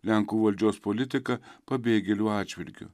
lenkų valdžios politiką pabėgėlių atžvilgiu